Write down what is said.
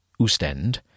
Ustend